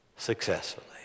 Successfully